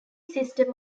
system